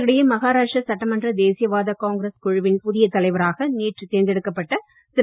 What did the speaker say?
இதற்கிடையே மகாராஷ்ட்ர சட்டமன்ற தேசியவாத காங்கிரஸ் குழுவின் புதிய தலைவராக நேற்று தேர்ந்தெடுக்கப்பட்ட திரு